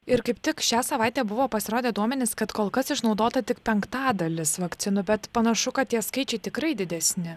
ir kaip tik šią savaitę buvo pasirodę duomenys kad kol kas išnaudota tik penktadalis vakcinų bet panašu kad tie skaičiai tikrai didesni